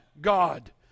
God